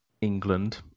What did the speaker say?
England